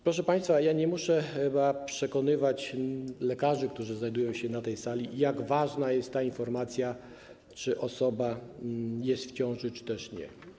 Proszę państwa, nie muszę chyba przekonywać lekarzy, którzy znajdują się na tej sali, jak ważna jest informacja o tym, czy osoba jest w ciąży, czy też nie.